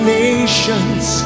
nations